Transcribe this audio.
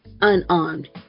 Unarmed